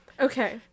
Okay